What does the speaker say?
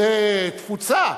זו תפוצה.